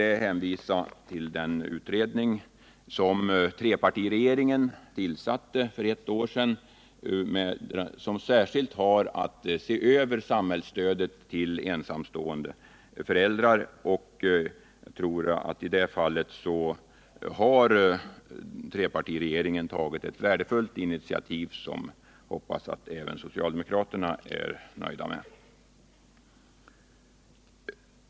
Jag vill hänvisa till den utredning som trepartiregeringen tillsatte för ett år sedan och som särskilt har att se över samhällsstödet till ensamstående föräldrar. Jag tror att trepartiregeringen i detta fall har tagit ett värdefullt initiativ som jag hoppas att även socialdemokraterna är nöjda med.